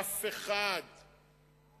אף אחד בהסתדרות,